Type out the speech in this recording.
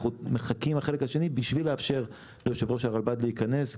אנחנו מחכים לחלק השני בשביל לאפשר ליושב-ראש הרלב"ד להיכנס,